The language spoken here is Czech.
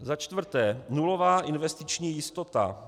Za čtvrté nulová investiční jistota.